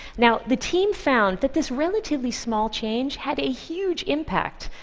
now the team found that this relatively small change had a huge impact.